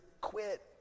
quit